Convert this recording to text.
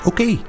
Oké